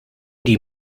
die